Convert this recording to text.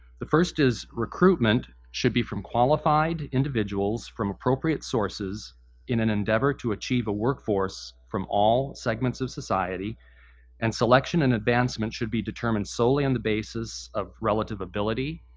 the first is recruitment should be from qualified individuals from appropriate sources in an endeavor to achieve a work force from all segments of society and selection and advancement should be determined solely on the basis of relative ability,